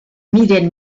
miren